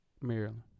Maryland